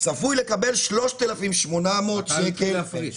צפוי לקבל 3,800 שקל בפנסיה.